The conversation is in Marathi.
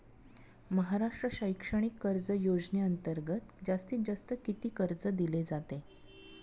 महाराष्ट्र शैक्षणिक कर्ज योजनेअंतर्गत जास्तीत जास्त किती कर्ज दिले जाते?